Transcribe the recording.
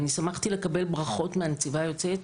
ואני שמחתי לקבל ברכות מהנציבה היוצאת,